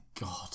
God